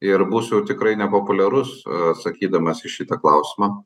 ir būsiu tikrai nepopuliarus atsakydamas į šitą klausimą